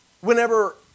Whenever